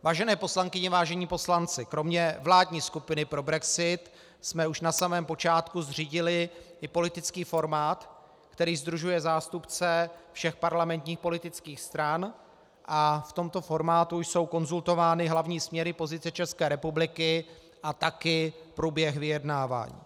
Vážené poslankyně, vážení poslanci, kromě vládní skupiny pro brexit jsme už na samém počátku zřídili i politický formát, který sdružuje zástupce všech parlamentních politických stran, a v tomto formátu jsou konzultovány hlavní směry pozice České republiky a taky průběh vyjednávání.